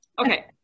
Okay